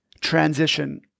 transition